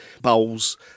bowls